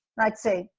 i'd say,